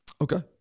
Okay